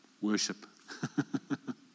worship